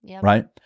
right